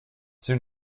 soon